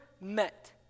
met